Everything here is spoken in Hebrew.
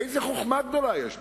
איזו חוכמה גדולה יש בזה?